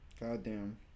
Goddamn